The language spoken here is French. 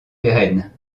pérenne